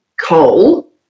coal